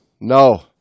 no